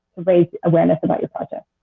raise awareness about your project.